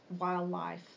wildlife